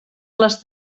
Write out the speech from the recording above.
les